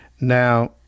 now